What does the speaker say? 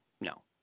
no